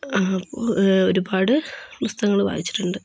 ഒരുപാട് പുസ്തകങ്ങൾ വായിച്ചിട്ടുണ്ട്